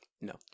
No